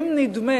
אם נדמה